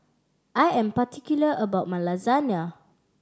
I am particular about my Lasagna